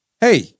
hey